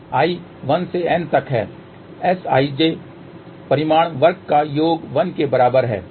i 1 से n तक है Sij परिमाण वर्ग का योग 1 के बराबर है